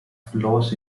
flows